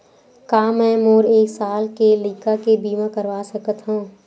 का मै मोर एक साल के लइका के बीमा करवा सकत हव?